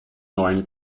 neuen